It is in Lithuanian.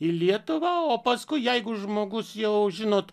į lietuvą o paskui jeigu žmogus jau žinot